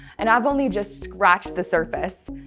and i've only just scratched the surface.